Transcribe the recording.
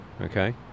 Okay